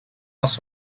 was